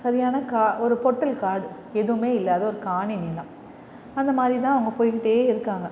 சரியான கா ஒரு பொட்டல் காடு எதுவுமே இல்லாத ஒரு காணி நிலம் அந்த மாதிரி தான் அவங்க போய்கிட்டே இருக்காங்க